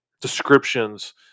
descriptions